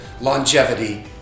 longevity